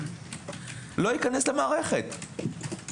לא ייכנס למערכת.